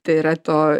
tai yra to